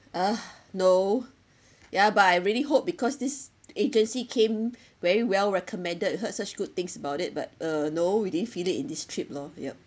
uh no ya but I really hope because this agency came very well recommended heard such good things about it but uh no we didn't feel it in this trip lor yup